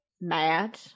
mad